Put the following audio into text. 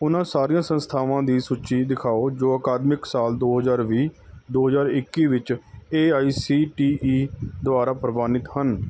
ਉਹਨਾਂ ਸਾਰੀਆਂ ਸੰਸਥਾਵਾਂ ਦੀ ਸੂਚੀ ਦਿਖਾਓ ਜੋ ਅਕਾਦਮਿਕ ਸਾਲ ਦੋ ਹਜ਼ਾਰ ਵੀਹ ਦੋ ਹਜ਼ਾਰ ਇੱਕੀ ਵਿੱਚ A I C T E ਦੁਆਰਾ ਪ੍ਰਵਾਨਿਤ ਹਨ